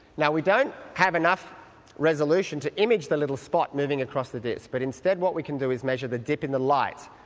we don't have enough resolution to image the little spot moving across the disc, but instead what we can do is measure the dip in the light.